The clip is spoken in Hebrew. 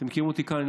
אתם מכירים אותי כאן.